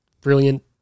Brilliant